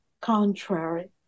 contrary